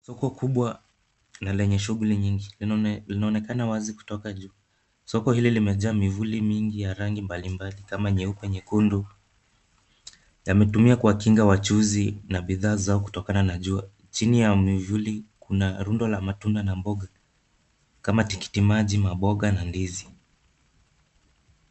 Soko kubwa na lenye shughuli nyingi linaonekana wazi kutoka juu. Soko hili limejaa mivuli mingi ya rangi mbali mbali kama: nyeupe, nyekundu. Yametumika kuwakinga wachuuzi na bidhaa zao kutokana na jua. Chini ya mivuli kuna rundo la matunda na mboga kama: tikiti maji, maboga na ndizi.